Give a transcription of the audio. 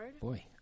Boy